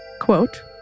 quote